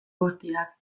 guztiak